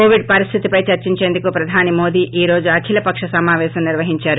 Covid పరిస్తిపై చర్పించేందుకు ప్రధాని మోదీ ఈ రోజు అఖిలపక్ష సమావేశం నిర్వహించారు